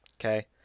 Okay